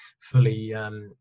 fully